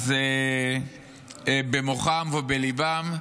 אז במוחם ובליבם,